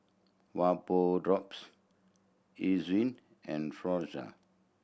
Vapodrops and